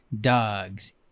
dogs